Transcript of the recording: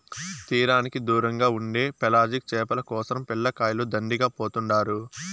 తీరానికి దూరంగా ఉండే పెలాజిక్ చేపల కోసరం పిల్లకాయలు దండిగా పోతుండారు